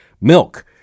milk